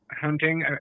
hunting